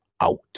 out